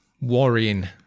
worrying